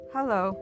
Hello